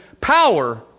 power